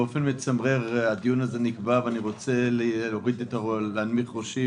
באופן מצמרר הדיון הזה נקבע ואני רוצה להנמיך את ראשי